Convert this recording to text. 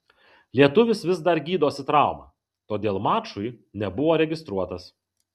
lietuvis vis dar gydosi traumą todėl mačui nebuvo registruotas